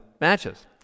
matches